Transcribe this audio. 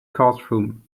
courtroom